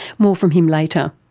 more from him later.